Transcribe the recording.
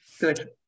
Good